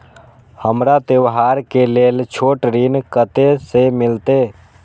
हमरा त्योहार के लेल छोट ऋण कते से मिलते?